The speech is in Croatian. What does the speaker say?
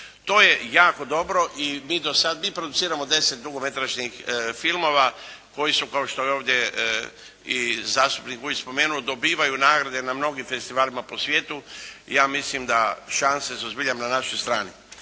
To je jako dobro i mi produciramo 10 dugometražnih filmova koji su kao što je ovdje i zastupnik Vujić spomenuo dobivaju nagrade na mnogim festivalima po svijetu i ja mislim da šanse su zbilja na našoj strani.